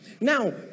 Now